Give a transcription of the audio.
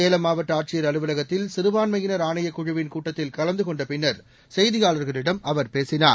சேலம் மாவட்ட ஆட்சியர் அலுவலகத்தில் சிறுபான்மையினர் ஆணைய குழுவின் கூட்டத்தில் கலந்து கொண்ட பின்னர் செய்தியாளர்களிடம் அவர் பேசினார்